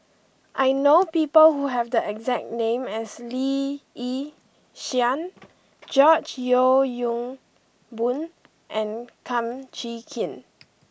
I know people who have the exact name as Lee Yi Shyan George Yeo Yong Boon and Kum Chee Kin